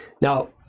Now